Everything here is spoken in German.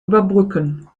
überbrücken